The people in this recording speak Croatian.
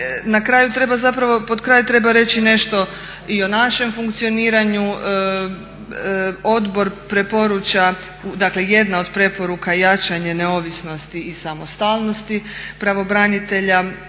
za tu vrstu aktivnosti. Pod kraj treba reći nešto i o našem funkcioniranju, odbor preporuča, dakle jedna od preporuka je jačanje neovisnosti i samostalnosti pravobranitelja